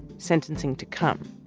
sentencing to come.